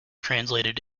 translated